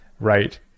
right